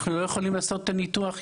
אנחנו לא יכולים לעשות את הניתוח יחד,